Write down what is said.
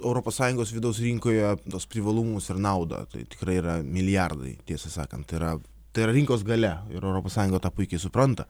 europos sąjungos vidaus rinkoje tuos privalumus naudą tai tikrai yra milijardai tiesą sakant tai yra tai yra rinkos galia ir europos sąjunga tą puikiai supranta